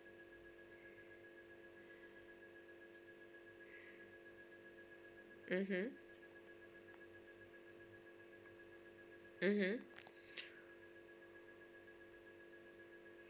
mmhmm mmhmm